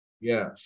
Yes